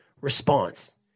response